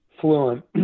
fluent